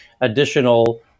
additional